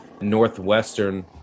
Northwestern